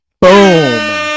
Boom